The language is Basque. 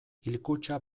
hilkutxa